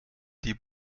die